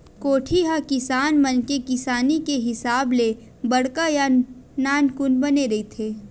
कोठी ह किसान मन के किसानी के हिसाब ले बड़का या नानकुन बने रहिथे